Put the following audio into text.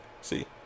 See